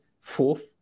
fourth